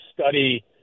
study